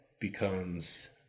becomes